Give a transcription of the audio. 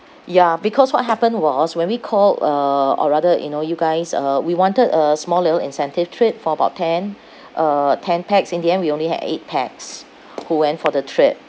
ya because what happened was when we called uh or rather you know you guys uh we wanted a small little incentive trip for about ten uh ten pax in the end we only had eight pax who went for the trip